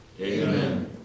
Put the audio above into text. Amen